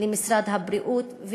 למשרד הבריאות,